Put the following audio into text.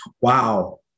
wow